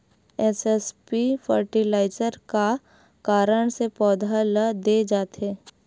SSP fertiliser का कारण से पौधा ल दे जाथे?